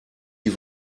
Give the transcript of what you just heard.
die